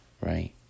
right